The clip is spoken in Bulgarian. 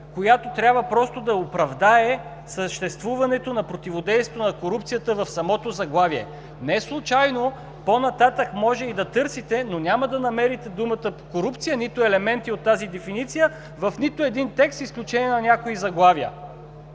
която трябва просто да оправдае съществуването на противодействието на корупцията в самото заглавие. Неслучайно по-нататък може и да търсите, но няма да намерите думата „корупция“, нито елементи от тази дефиниция в нито един текст, с изключение на някои заглавия,